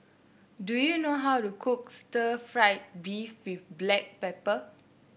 do you know how to cook Stir Fried Beef with Black Pepper